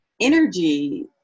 energy